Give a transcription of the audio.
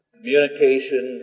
Communication